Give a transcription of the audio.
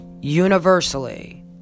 Universally